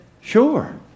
Sure